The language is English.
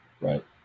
right